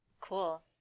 Cool